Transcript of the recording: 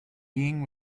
being